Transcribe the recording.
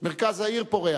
מרכז העיר פורח,